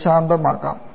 അത് ശാന്തമാക്കാം